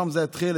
פעם זה היה תכלת,